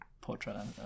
portrait